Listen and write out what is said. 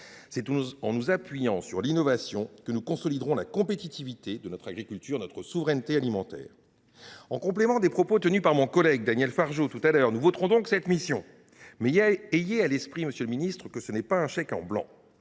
C’est en nous appuyant sur l’innovation que nous consoliderons la compétitivité de notre agriculture et notre souveraineté alimentaire. Comme l’a annoncé mon collègue Daniel Fargeot tout à l’heure, nous voterons les crédits de cette mission, mais ayez à l’esprit, monsieur le ministre, qu’il ne s’agit pas d’un chèque en blanc.